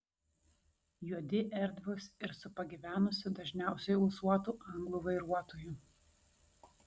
juodi erdvūs ir su pagyvenusiu dažniausiai ūsuotu anglu vairuotoju